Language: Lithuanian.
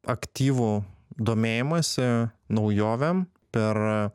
aktyvų domėjimąsi naujovėm per